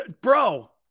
Bro